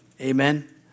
Amen